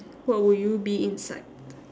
what would you be inside